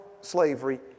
slavery